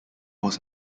was